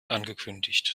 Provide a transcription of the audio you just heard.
angekündigt